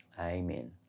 Amen